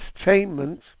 Entertainment